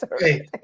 Hey